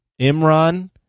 Imran